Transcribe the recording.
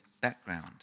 background